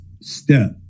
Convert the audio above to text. step